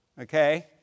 okay